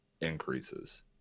increases